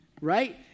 right